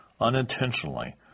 unintentionally